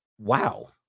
Wow